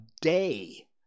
day